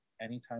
Anytime